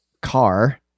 car